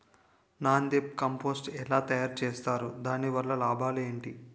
NADEP compost ఎలా తయారు చేస్తారు? దాని వల్ల లాభాలు ఏంటి?